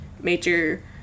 major